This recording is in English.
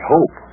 Hope